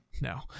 No